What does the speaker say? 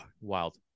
wild